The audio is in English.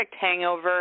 hangover